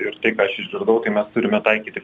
ir aš išgirdau tai mes turime taikyti